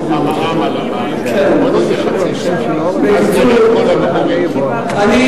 השאלה של אדוני תהיה רלוונטית כשנדבר על ביטול המע"מ על המים בעוד חצי,